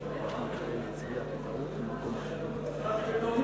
הצבעתי בטעות